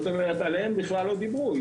עליהן בכלל לא דיברו.